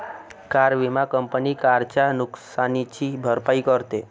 car विमा company कारच्या नुकसानीची भरपाई करते